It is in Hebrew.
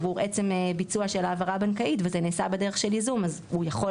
עבור עצם ביצוע של העברה בנקאית וזה נעשה בדרך של ייזום אז הוא יכול